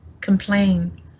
Complain